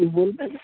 कुछ बोल ना